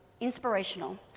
inspirational